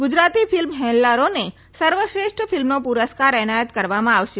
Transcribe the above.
Gujarati film હેલ્લારોને સર્વશ્રેષ્ઠ ફિલ્મનો પુરસ્કાર એનાયત કરવામાં આવશે